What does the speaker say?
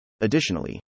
Additionally